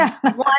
one